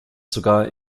sogar